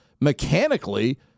mechanically